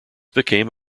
became